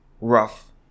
rough